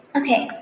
okay